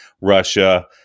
Russia